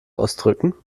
ausdrücken